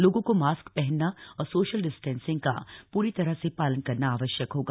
लोगों को मास्क पहनना और सोशियल डिस्टेंसिंग का पूरी तरह से पालन करना आवश्यक होगा